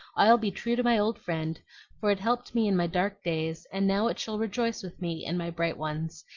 i'll be true to my old friend for it helped me in my dark days, and now it shall rejoice with me in my bright ones,